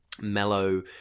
Mellow